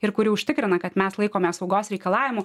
ir kuri užtikrina kad mes laikomės saugos reikalavimų